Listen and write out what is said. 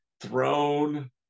throne